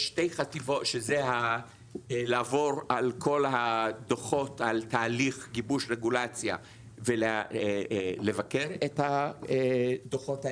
שזה לעבור על כל הדו"חות על תהליך גיבוש רגולציה ולבקר את הדו"חות האלה,